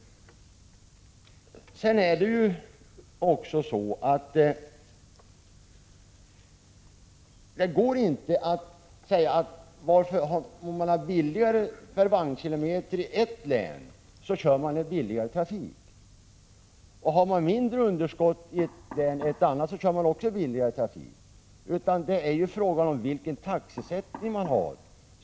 Det går inte att påstå att bara därför att kostnaden per vagnkilometer är lägre i ett län, så har det länet billigare trafik och att om man har mindre underskott i ett annat län, så har man där också billigare trafik. Detta är ju beroende av vilken taxesättning man har.